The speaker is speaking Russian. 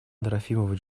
трофимович